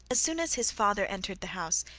as soon as his father entered the house,